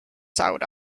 sewed